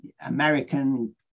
American